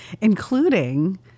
including